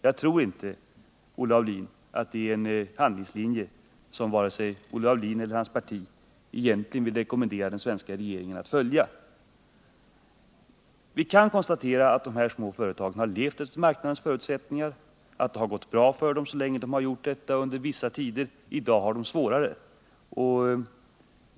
Jag tror inte, Olle Aulin, att det är en handelslinje som vare sig Olle Aulin eller hans parti egentligen vill rekommendera den svenska regeringen att följa. Vi kan konstatera att de här små företagen har levt efter marknadens förutsättningar och att det under vissa tider gått bra för dem så länge de gjort detta, men att de i dag har det svårare.